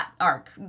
arc